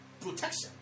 protection